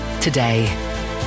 today